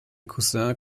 cousin